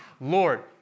Lord